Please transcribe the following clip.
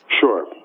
sure